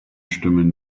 stimmen